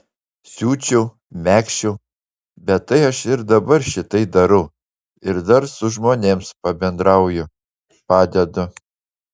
siūčiau megzčiau bet tai aš ir dabar šitai darau ir dar su žmonėms pabendrauju padedu